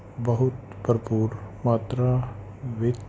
ਬਹੁਤ ਭਰਪੂਰ ਮਾਤਰਾ ਵਿੱਚ